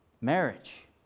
Marriage